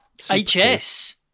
HS